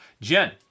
Jen